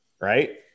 right